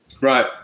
Right